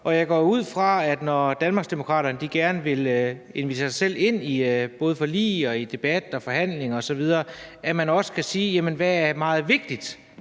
og jeg går ud fra, når Danmarksdemokraterne gerne vil invitere sig selv til både forlig og debat og forhandlinger osv., at man også kan svare på, hvad der er meget vigtigt